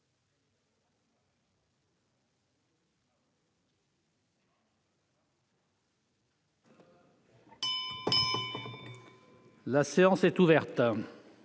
La séance est ouverte.